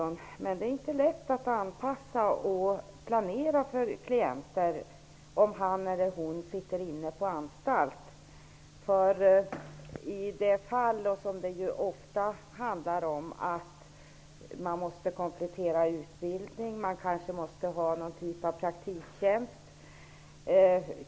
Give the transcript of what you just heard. Jag vill då säga att det inte är så lätt att anpassa och att planera för klienter som sitter på anstalt. Ofta måste det till en kompletterande utbildning, eller också behövs det kanske någon typ av praktiktjänst.